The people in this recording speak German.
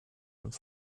und